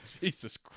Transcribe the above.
Jesus